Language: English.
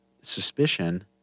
suspicion